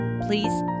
Please